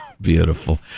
beautiful